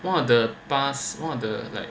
one of the past one of the like